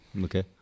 Okay